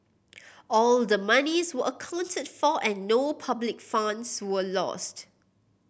all the monies were accounted for and no public funds were lost